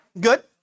Good